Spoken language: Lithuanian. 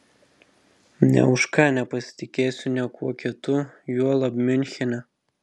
nė už ką nepasitikėsiu niekuo kitu juolab miunchene